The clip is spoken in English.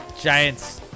Giants